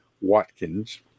Watkins